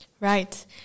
Right